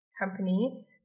company